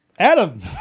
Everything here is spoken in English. Adam